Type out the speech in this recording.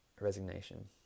Resignation